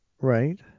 Right